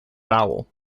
vowel